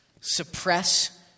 suppress